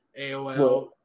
AOL